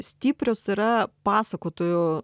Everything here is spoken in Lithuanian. stiprios yra pasakotojo